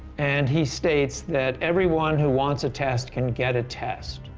and he states that everyone who wants a test can get a test.